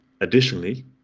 Additionally